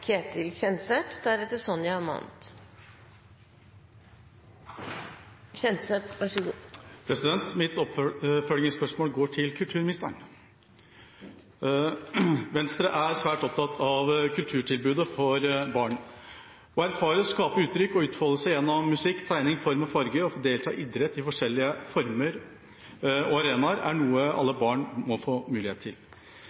Ketil Kjenseth – til oppfølgingsspørsmål. Mitt oppfølgingsspørsmål går til kulturministeren. Venstre er svært opptatt av kulturtilbudet for barn. Å erfare, skape uttrykk og utfoldelse gjennom musikk, tegning, form og farge og å få delta i idrett i forskjellige former og på forskjellige arenaer er noe alle